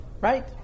right